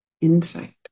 insight